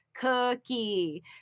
cookie